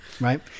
right